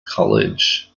college